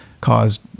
caused